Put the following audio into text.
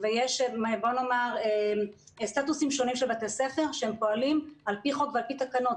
ויש סטטוסים שונים של בתי ספר שפועלים על פי חוק ועל פי תקנות.